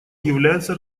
является